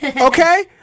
Okay